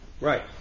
right